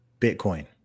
Bitcoin